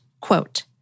quote